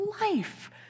life